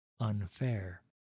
unfair